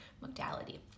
modality